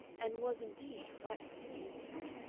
and was, indeed, frightfully abusive.